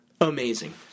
Amazing